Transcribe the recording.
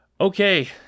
okay